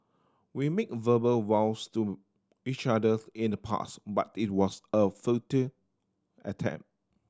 we made verbal vows to each other in the past but it was a futile attempt